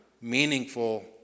meaningful